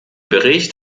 bericht